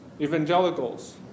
evangelicals